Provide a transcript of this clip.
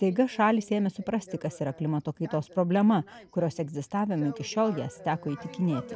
staiga šalys ėmė suprasti kas yra klimato kaitos problema kurios egzistavimu iki šiol jas teko įtikinėti